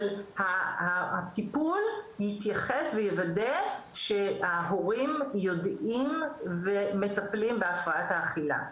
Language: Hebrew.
אבל הטיפול יתייחס ויוודא שההורים יודעים ומטפלים בהפרעת האכילה,